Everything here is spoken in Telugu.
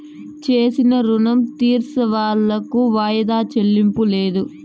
చేసిన రుణం తీర్సేవాళ్లకు వాయిదా చెల్లింపు లేదు